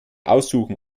aussuchen